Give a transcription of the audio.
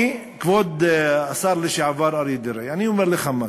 כבוד השר לשעבר אריה דרעי, אני אומר לך משהו,